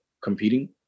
competing